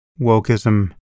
wokeism